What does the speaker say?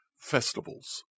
festivals